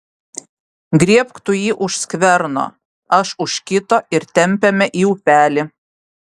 griebk tu jį už skverno aš už kito ir tempiame į upelį